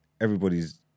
everybody's